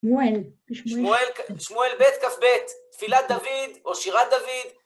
שמואל, בק"ב, תפילת דוד או שירת דוד?